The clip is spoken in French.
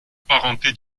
parenté